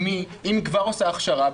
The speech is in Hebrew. אם היא כבר עושה הכשרה,